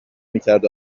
میکرد